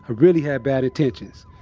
ah really had bad intentions,